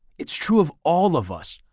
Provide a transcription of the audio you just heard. it's true of all of us.